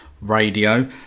radio